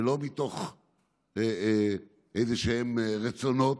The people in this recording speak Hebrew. ולא מתוך איזשהם רצונות,